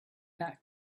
back